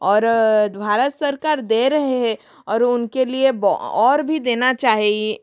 और भारत सरकार दे रहे हैं और उनके लिये और भी देना चाहिए